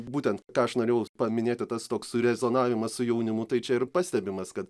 būtent tą aš norėjau paminėti tas toks rezonavimas su jaunimu tai čia ir pastebimas kad